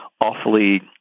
awfully